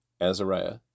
Azariah